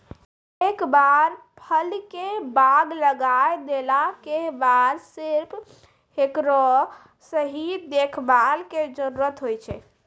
एक बार फल के बाग लगाय देला के बाद सिर्फ हेकरो सही देखभाल के जरूरत होय छै